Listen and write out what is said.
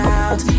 out